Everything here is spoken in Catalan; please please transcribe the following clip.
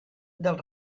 del